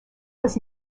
was